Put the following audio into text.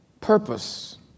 Purpose